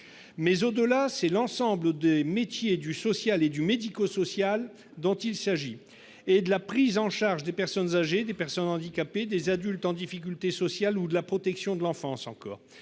Au-delà, c'est l'ensemble des métiers du social et du médico-social, qu'il s'agisse de la prise en charge des personnes âgées, des personnes handicapées, des adultes qui connaissent des difficultés sociales ou de la protection de l'enfance qui